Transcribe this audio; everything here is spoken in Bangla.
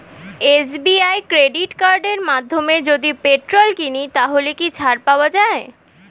এস.বি.আই ক্রেডিট কার্ডের মাধ্যমে যদি পেট্রোল কিনি তাহলে কি ছাড় পাওয়া যায়?